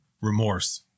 remorse